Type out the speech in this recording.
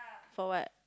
for what